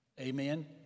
Amen